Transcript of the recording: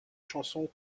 chansons